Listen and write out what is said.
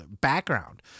background